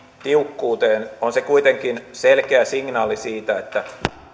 tiukkuuteen on se kuitenkin selkeä signaali siitä että